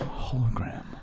Hologram